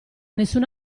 nessun